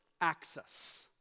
access